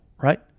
right